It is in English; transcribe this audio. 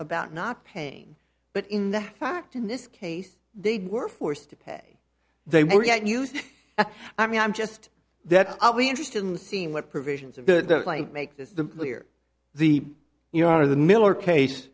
about not paying but in the fact in this case they were forced to pay they were not used i mean i'm just that i'll be interested in seeing what provisions of the might make the year the you know are the miller case